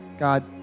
God